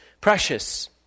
precious